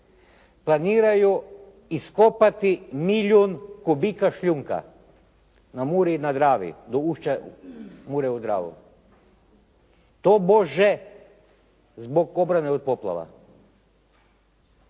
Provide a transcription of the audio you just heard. planiraju iskopati milijun kubika šljunka na Muri i na Dravi do ušća Mure u Dravu. Tobože zbog obrane od poplava.